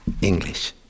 English